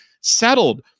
settled